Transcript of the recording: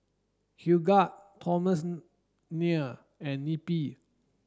Hildegard and Neppie